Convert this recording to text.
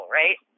right